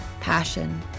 passion